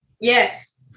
Yes